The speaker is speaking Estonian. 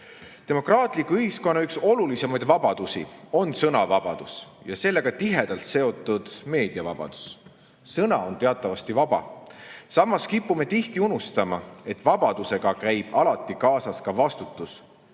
Demokraatliku ühiskonna olulisimaid vabadusi on sõnavabadus ja sellega tihedalt seotud meediavabadus. Sõna on teatavasti vaba. Samas kipume tihti unustama, et vabadusega käib alati kaasas ka vastutus,